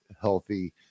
healthy